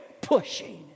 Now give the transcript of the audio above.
pushing